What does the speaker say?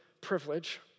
privilege